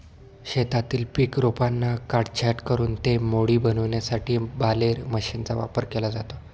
शेतातील पीक रोपांना काटछाट करून ते मोळी बनविण्यासाठी बालेर मशीनचा वापर केला जातो